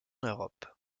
europe